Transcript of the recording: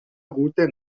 route